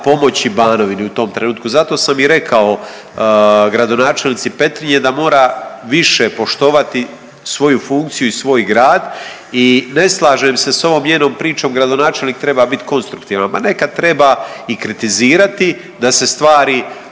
pomoći Banovini u tom trenutku. Zato sam i rekao gradonačelnici Petrinje da mora više poštovati svoju funkciju i svoj grad i ne slažem se s ovom njenom pričom gradonačelnik treba bit konstruktivan. Ma nekad treba i kritizirati da se stvari